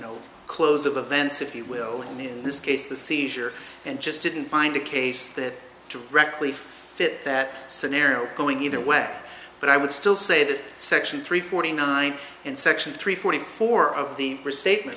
know close of events if you will in this case the seizure and just didn't find a case that directly for that scenario going either way but i would still say that section three forty nine in section three forty four of the restatement